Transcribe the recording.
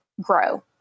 grow